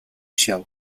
show